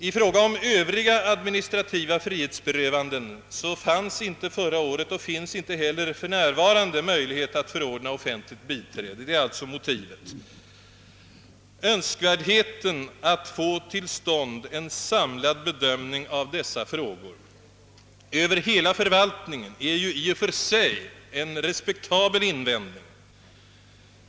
I fråga om Övriga administrativa frihetsberövanden fanns inte förra året och finns inte heller för närvarande möjlighet att förordna offentligt biträde. Önskvärdheten att få till stånd en samlad bedömning av dessa frågor över hela förvaltningen är ju i och för sig en respektabel invändning.